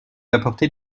apporter